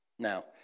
Now